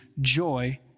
joy